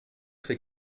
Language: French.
fait